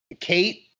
Kate